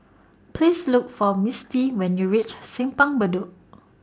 Please Look For Misti when YOU REACH Simpang Bedok